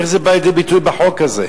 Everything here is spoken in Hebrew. איך זה בא לידי ביטוי בחוק הזה?